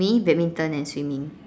me badminton and swimming